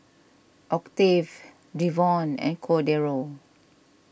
Octave Devon and Cordero